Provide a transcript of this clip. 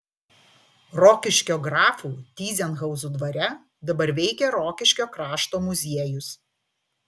rokiškio grafų tyzenhauzų dvare dabar veikia rokiškio krašto muziejus